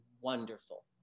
wonderful